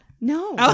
No